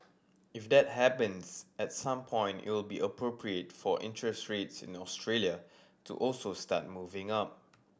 if that happens at some point it will be appropriate for interest rates in Australia to also start moving up